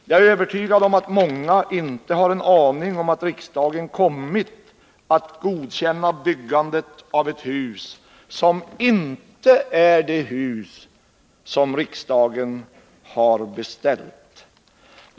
Jag är övertygad om att många inte har en aning om att riksdagen kommit att godkänna byggandet av ett hus som inte är det hus som riksdagen beställt.